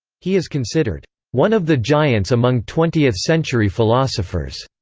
he is considered one of the giants among twentieth-century philosophers.